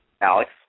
Alex